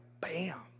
bam